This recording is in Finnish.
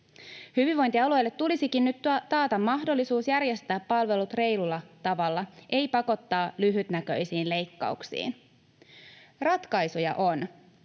Hyvinvointialueille tulisikin nyt taata mahdollisuus järjestää palvelut reilulla tavalla, ei pakottaa lyhytnäköisiin leikkauksiin. Ratkaisuja on: